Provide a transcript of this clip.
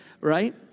right